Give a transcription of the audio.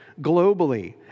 globally